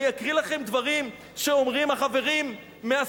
אני אקריא לכם דברים שאומרים החברים מהשמאל,